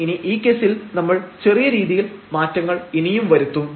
ഇനി ഈ കേസിൽ നമ്മൾ ചെറിയ രീതിയിൽ മാറ്റങ്ങൾ ഇനിയും വരുത്തും